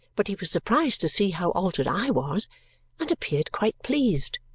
but he was surprised to see how altered i was and appeared quite pleased.